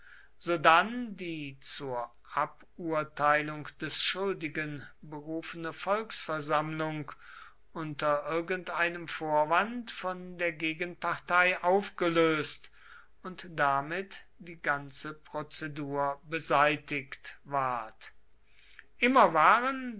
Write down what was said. sodann die zur aburteilung des schuldigen berufene volksversammlung unter irgendeinem vorwand von der gegenpartei aufgelöst und damit die ganze prozedur beseitigt ward immer waren